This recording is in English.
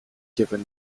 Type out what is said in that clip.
given